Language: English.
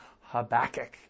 Habakkuk